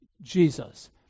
Jesus